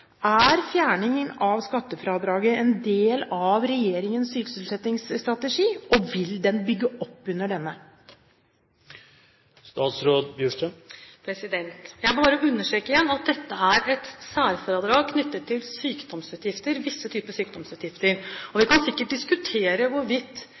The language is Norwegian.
Er fjerningen av skattefradraget en del av regjeringens sysselsettingsstrategi, og vil den bygge opp under denne? Det er bare igjen å understreke at dette er et særfradrag knyttet til visse typer sykdomsutgifter.